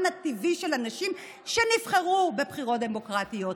הטבעי של הנשים שנבחרו בבחירות דמוקרטיות.